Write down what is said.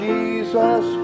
Jesus